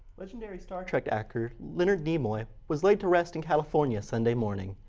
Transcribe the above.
legendary star trek actor leonard nimoy was laid to rest in california sunday morning.